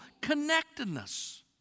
connectedness